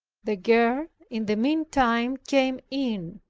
the girl in the meantime came in.